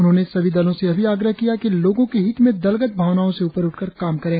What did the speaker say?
उन्होंने सभी दलों से यह भी आग्रह किया कि लोगों के हित में दलगत भावनाओं से ऊपर उठकर काम करें